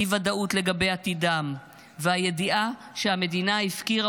אי-ודאות לגבי עתידם ומהידיעה שהמדינה הפקירה